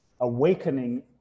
awakening